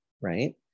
right